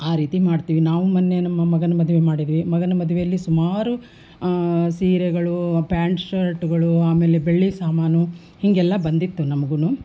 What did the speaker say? ಆ ರೀತಿ ಮಾಡ್ತೀವಿ ನಾವು ಮೊನ್ನೆ ನಮ್ಮ ಮಗನ ಮದುವೆ ಮಾಡಿದ್ವಿ ಮಗನ ಮದ್ವೆಯಲ್ಲಿ ಸುಮಾರು ಸೀರೆಗಳು ಪ್ಯಾಂಟ್ ಶರ್ಟ್ಗಳು ಆಮೇಲೆ ಬೆಳ್ಳಿ ಸಾಮಾನು ಹೀಗೆಲ್ಲ ಬಂದಿತ್ತು ನಮ್ಗೂನು